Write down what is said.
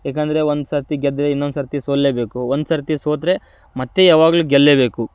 ಏಕೆಂದ್ರೆ ಒಂದು ಸರತಿ ಗೆದ್ದರೆ ಇನ್ನೊಂದು ಸರತಿ ಸೋಲಲೇಬೇಕು ಒಂದು ಸರತಿ ಸೋತರೆ ಮತ್ತೆ ಯಾವಾಗಲೂ ಗೆಲ್ಲಲೇಬೇಕು